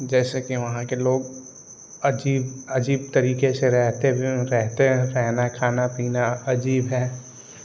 जैसे कि वहाँ के लोग अजीब अजीब तरीके से रहते भी रहते हैं रहना खाना पीना अजीब है